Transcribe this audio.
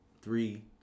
three